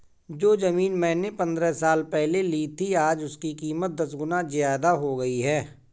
जो जमीन मैंने पंद्रह साल पहले ली थी, आज उसकी कीमत दस गुना जादा हो गई है